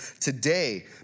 today